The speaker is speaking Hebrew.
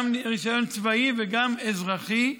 גם רישיון צבאי וגם אזרחי,